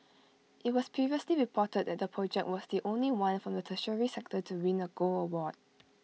IT was previously reported that the project was the only one from the tertiary sector to win A gold award